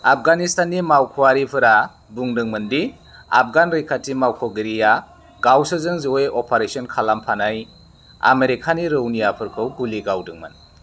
आफगानिस्ताननि मावख'आरिफोरा बुंदोंमोन दि आफगान रैखाथि मावख'गिरिया गावसोरजों जयै अपारेसन खालामफानाय आमेरिकानि रौनियाफोरखौ गुलि गावदोंमोन